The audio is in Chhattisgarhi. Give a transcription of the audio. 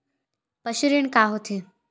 पशु ऋण का होथे?